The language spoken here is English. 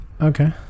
okay